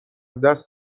دست